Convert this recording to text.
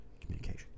communication